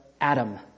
Adam